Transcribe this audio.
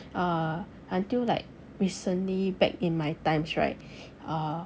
uh until like recently back in my times right uh